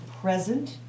present